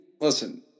listen